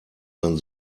man